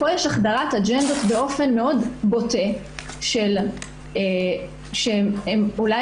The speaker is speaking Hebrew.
פה יש החדרת אג'נדות באופן מאוד בוטה שהן אולי